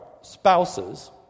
spouses